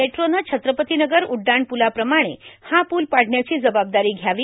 मेट्रोनं छत्रपती नगर उड्डाणपूलाप्रमाणे हा पूल पाडण्याची जबाबदारी घ्यावी